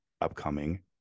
upcoming